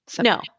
no